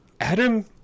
adam